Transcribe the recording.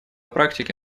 практике